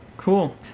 Cool